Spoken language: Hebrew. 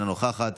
אינה נוכחת,